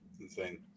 insane